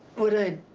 would i'd